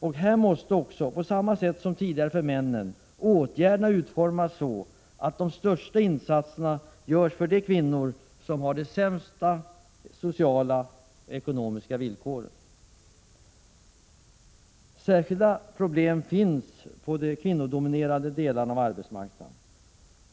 Och här måste också — på samma sätt som tidigare för männen — åtgärderna utformas så att de största insatserna görs för de kvinnor som har de sämsta sociala och ekonomiska villkoren. Särskilda problem finns på de kvinnodominerade delarna av arbetsmarknaden.